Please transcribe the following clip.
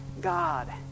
God